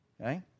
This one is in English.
Okay